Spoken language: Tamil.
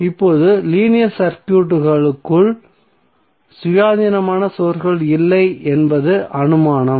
இப்போது லீனியர் சர்க்யூட்டுக்குள் சுயாதீனமான சோர்ஸ்கள் இல்லை என்பது அனுமானம்